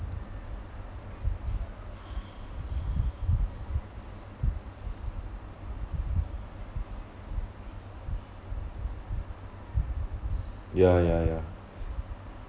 ya ya ya